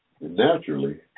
naturally